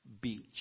beach